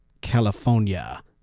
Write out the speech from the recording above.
California